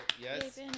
Yes